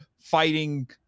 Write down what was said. fighting